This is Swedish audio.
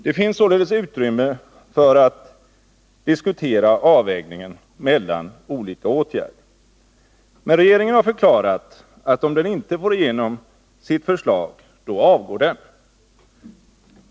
Det finns således utrymme för att diskutera avvägningen mellan olika åtgärder. Men regeringen har förklarat, att om den inte får igenom sitt förslag så avgår den.